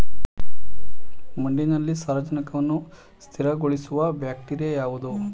ಮಣ್ಣಿನಲ್ಲಿ ಸಾರಜನಕವನ್ನು ಸ್ಥಿರಗೊಳಿಸುವ ಬ್ಯಾಕ್ಟೀರಿಯಾ ಯಾವುದು?